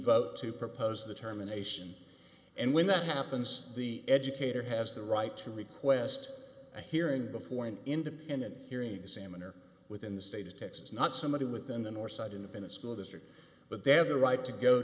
vote to propose the terminations and when that happens the educator has the right to request a hearing before an independent hearing examiner within the state of texas not somebody within the northside in a school district but they have a right to go